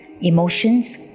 Emotions